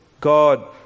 God